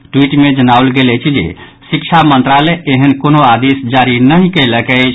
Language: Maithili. ट्वीट मे जनाओल गेल अछि जे शिक्षा मंत्रालय एहेन कोनो आदेश जारी नहि कयलक अछि